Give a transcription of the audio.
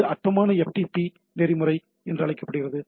இது அற்பமான FTP நெறிமுறை என அழைக்கப்படுகிறது